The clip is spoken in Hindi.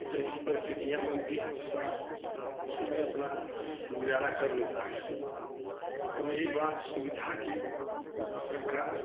जैसी परिस्थितियाँ बनती हैं वैसा उसमें अपना गुजारा कर लेता है और रही बात सुविधा की तो सरकार